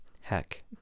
Heck